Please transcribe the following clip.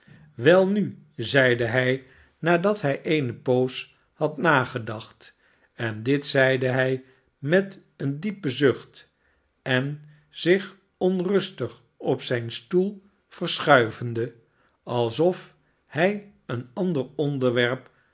welnu zeide hij nadat hij eene poos had nagedacht en dit zeide hij met een diepen zucht en zich onrustig op zijn stoel verschuivende alsof hij een ander onderwerp